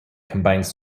combines